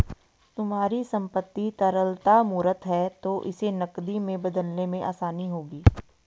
तुम्हारी संपत्ति तरलता मूर्त है तो इसे नकदी में बदलने में आसानी होगी